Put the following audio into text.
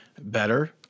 better